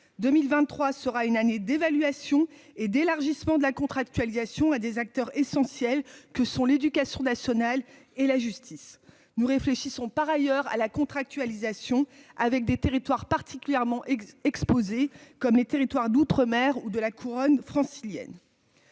2023 sera une année d'évaluation et d'élargissement de la contractualisation à des acteurs essentiels que sont l'éducation nationale et la justice nous réfléchissons par ailleurs à la contractualisation avec des territoires particulièrement exposés, comme les territoires d'outre-mer ou de la couronne francilienne.